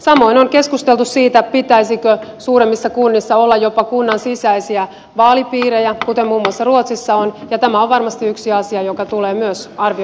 samoin on keskusteltu siitä pitäisikö suuremmissa kunnissa olla jopa kunnan sisäisiä vaalipiirejä kuten muun muassa ruotsissa on ja tämä on varmasti yksi asia joka tulee myös arvioitavaksi